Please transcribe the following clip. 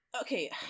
okay